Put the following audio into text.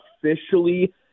officially